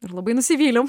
ir labai nusivyliau